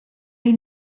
the